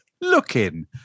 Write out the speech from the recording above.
looking